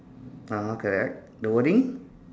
(uh huh) correct the wording